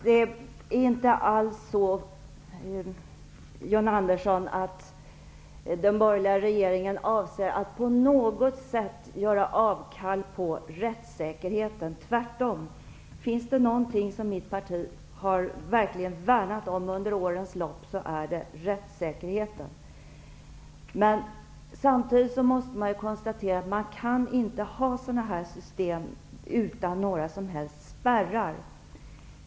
Herr talman! John Andersson, den borgerliga regeringen avser inte att på något sätt göra avkall på rättssäkerheten, tvärtom. Om det finns något som mitt parti verkligen har värnat om under årens lopp, är det rättssäkerheten. Samtidigt måste vi konstatera att vi inte kan ha system utan några som helst spärrar.